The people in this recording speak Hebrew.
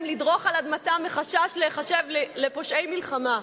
לדרוך על אדמתן מחשש להיחשב לפושעי מלחמה.